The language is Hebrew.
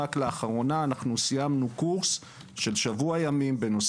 רק לאחרונה סיימנו קורס של שבוע ימים בנושא